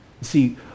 see